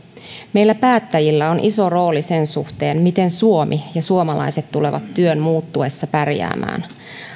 meillä päättäjillä on iso rooli sen suhteen miten suomi ja suomalaiset tulevat työn muuttuessa pärjäämään